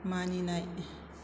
मानिनाय